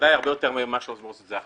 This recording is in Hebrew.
ובוודאי הרבה לפני המצב עכשיו.